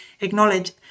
acknowledge